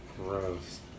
Gross